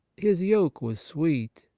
his yoke was sweet,